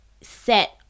set